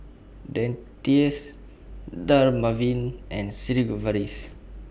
Dentiste Dermaveen and Sigvaris